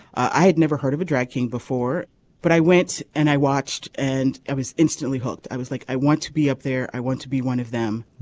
i had never heard of a drag king before but i went and i watched and i was instantly hooked. i was like i want to be up there i want to be one of them.